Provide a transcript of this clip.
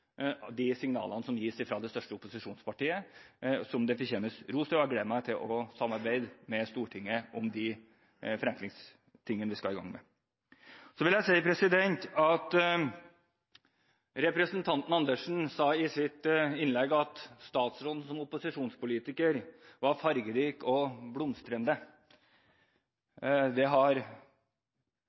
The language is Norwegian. og fortjener ros, og jeg gleder meg til å samarbeide med Stortinget om disse forenklingene som vi skal i gang med. Representanten Andersen sa i sitt innlegg at statsråden som opposisjonspolitiker var fargerik og blomstrende. Det har